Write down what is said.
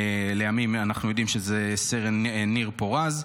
לימים אנחנו יודעים שזה סרן ניר פורז.